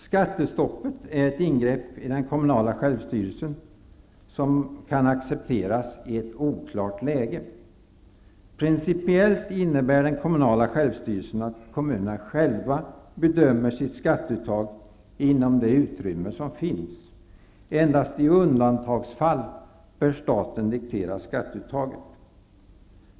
Skattestoppet är ett ingrepp i den kommunala självstyrelsen som kan accepteras i ett oklart läge. Principiellt innebär den kommunala självstyrelsen att kommunerna själva bedömer sitt skatteuttag inom det utrymme som finns. Endast i undantagsfall bör staten diktera skatteuttaget.